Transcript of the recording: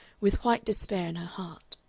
with white despair in her heart.